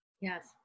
Yes